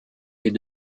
est